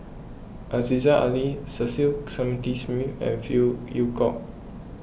Aziza Ali Cecil Clementi Smith and Phey Yew Kok